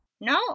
No